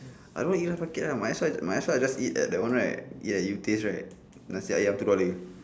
I don't want to eat rice bucket lah might as well might as well just eat at that one right ya you taste right nasi ayam two dollar